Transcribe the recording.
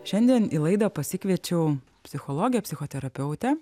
šiandien į laidą pasikviečiau psichologę psichoterapeutę